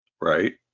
Right